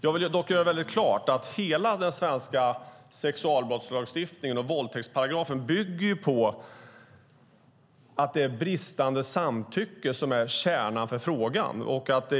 Jag vill dock göra väldigt klart att hela den svenska sexualbrottslagstiftningen och våldtäktsparagrafen bygger på att bristande samtycke är kärnfrågan.